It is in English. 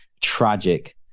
tragic